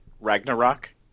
Ragnarok